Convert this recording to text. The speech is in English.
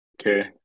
Okay